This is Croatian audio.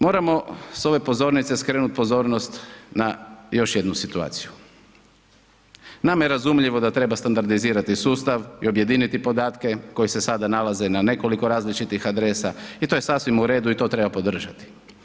Moramo s ove pozornice skrenut pozornost na još jednu situaciju, nama je razumljivo da treba standardizirati sustav i objediniti podatke koji se sada nalaze na nekoliko različitih adresa i to je sasvim u redu i to treba podržati.